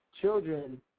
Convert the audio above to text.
children